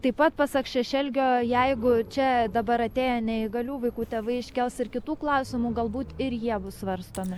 taip pat pasak šešelgio jeigu čia dabar atėję neįgalių vaikų tėvai iškels ir kitų klausimų galbūt ir jie bus svarstomi